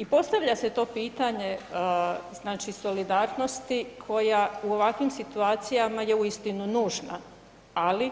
I postavlja se to pitanje znači solidarnosti koja u ovakvim situacijama je uistinu nužna, ali